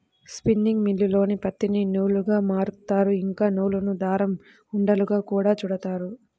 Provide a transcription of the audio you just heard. spinning మిల్లుల్లోనే పత్తిని నూలుగా మారుత్తారు, ఇంకా నూలును దారం ఉండలుగా గూడా చుడతారు